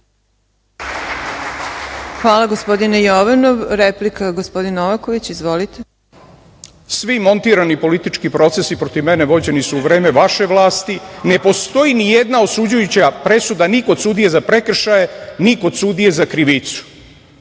Hvala, gospodine Jovanov. Replika, gospodin Novaković. Izvolite. **Borislav Novaković** Svi montirani politički procesi protiv mene vođeni su u vreme vaše vlasti. Ne postoji nijedna osuđujuća presuda, ni kod sudije za prekršaje, ni kod sudije za krivicu